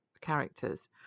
characters